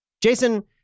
Jason